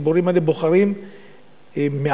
הציבורים האלה בוחרים מעצמם,